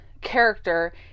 character